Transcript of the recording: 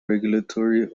regulatory